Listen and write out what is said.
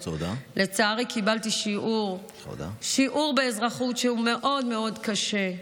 לצערי, קיבלתי שיעור באזרחות שהוא מאוד מאוד קשה.